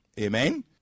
amen